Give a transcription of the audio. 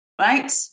Right